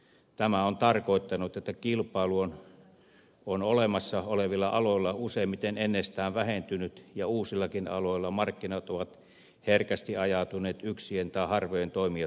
tämä on tarkoittanut että kilpailu on olemassa olevilla aloilla useimmiten ennestään vähentynyt ja uusillakin aloilla markkinat ovat herkästi ajautuneet yksien tai harvojen toimijoiden haltuun